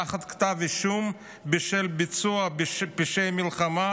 תחת כתב אישום בשל ביצוע פשעי מלחמה,